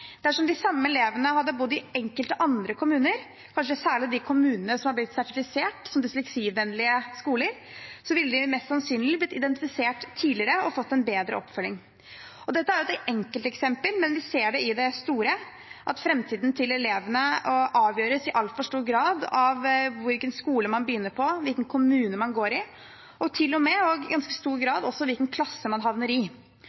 Dersom de samme elevene hadde bodd i en annen kommune, kanskje særlig i en kommune der skolene har blitt sertifisert som dysleksivennlige, ville de mest sannsynlig ha blitt identifisert tidligere og fått en bedre oppfølging. Dette er et enkelteksempel, men vi ser i det store at framtiden til elevene i altfor stor grad avgjøres av hvilken skole man begynner på, hvilken kommune man bor i, og til og med – i ganske stor grad – hvilken klasse man havner i.